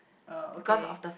oh okay